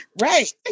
Right